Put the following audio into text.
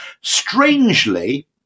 Strangely